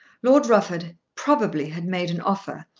lord rufford probably had made an offer,